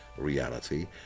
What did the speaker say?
Reality